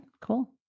cool